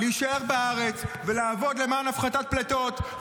-- להישאר בארץ ולעבוד למען הפחתת פליטות,